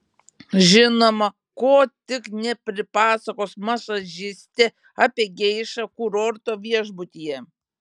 žinoma ko tik nepripasakos masažistė apie geišą kurorto viešbutyje